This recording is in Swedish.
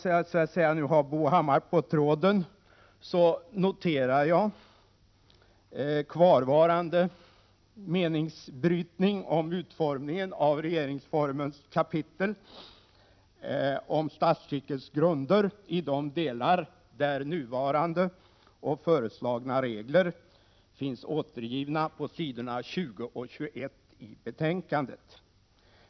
Medan jag nu så att säga har Bo Hammar på tråden noterar jag kvarvarande meningsbrytning om utformningen av regeringsformens kapitel om statsskickets grunder i de delar där nuvarande och föreslagna regler finns återgivna på s. 20 och 21 i betänkandet.